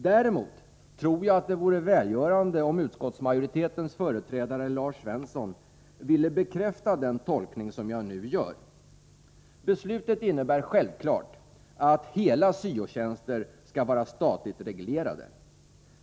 Däremot tror jag att det vore välgörande om utskottsmajoritetens företrädare, Lars Svensson, ville bekräfta den tolkning som jag nu gör. Beslutet innebär självklart att hela syo-tjänster skall vara statligt reglerade.